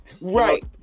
Right